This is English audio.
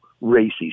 racy